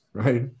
right